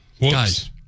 guys